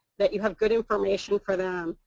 that you have good information for them.